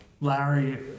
Larry